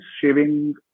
shaving